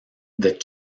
that